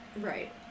right